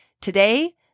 Today